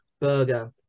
burger